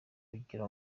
kugira